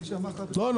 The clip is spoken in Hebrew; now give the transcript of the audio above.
מי שאמר לך, זה לא נכון.